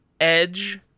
Edge